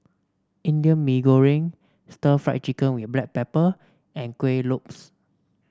Indian Mee Goreng stir Fry Chicken with Black Pepper and Kueh Lopes